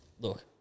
Look